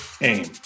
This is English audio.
aim